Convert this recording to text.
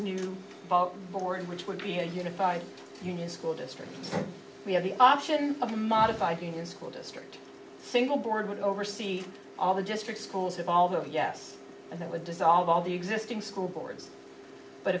new board which would be a unified union school district we have the option of a modified being a school district single board would oversee all the district schools have all the yes and that would dissolve all the existing school boards but